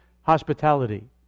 hospitality